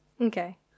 Okay